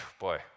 boy